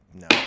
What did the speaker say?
no